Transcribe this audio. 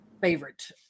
Favorite